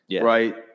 right